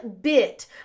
bit